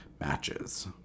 matches